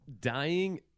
dying